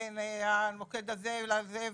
בין המוקד הזה לזה,